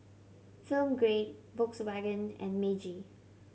Film Grade Volkswagen and Meiji